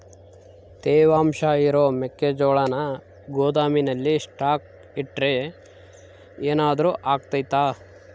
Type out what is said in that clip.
ತೇವಾಂಶ ಇರೋ ಮೆಕ್ಕೆಜೋಳನ ಗೋದಾಮಿನಲ್ಲಿ ಸ್ಟಾಕ್ ಇಟ್ರೆ ಏನಾದರೂ ಅಗ್ತೈತ?